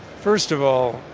first of all